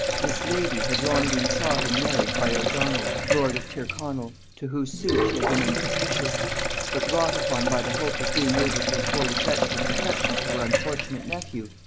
this lady had long been sought in marriage by o'donnel lord of tyrconnel, to whose suit she had been unpropitious but wrought upon by the hope of being able to afford effectual protection to her unfortunate nephew,